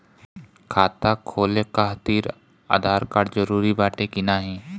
खाता खोले काहतिर आधार कार्ड जरूरी बाटे कि नाहीं?